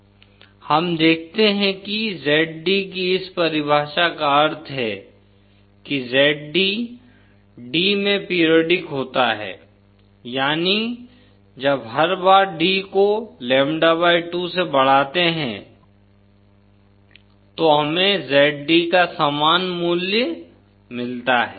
हम देखते हैं कि Zd की इस परिभाषा का अर्थ है कि Zd d में पीरियाडिक होता है यानी जब हर बार d को lambda 2 से बढ़ाते है तो हमें Zd का समान मूल्य मिलता है